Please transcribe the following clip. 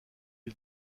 est